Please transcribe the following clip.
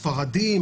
ספרדים,